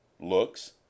looks